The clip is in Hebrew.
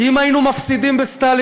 כי אם היינו מפסידים בסטלינגרד,